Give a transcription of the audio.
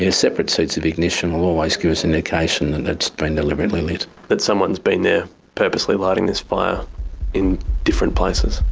ah separate seats of ignition will always give us an indication and that it's been deliberately lit. that someone's been there purposely lighting this fire in different places?